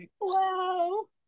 Wow